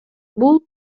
бул